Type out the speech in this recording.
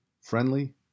friendly